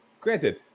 Granted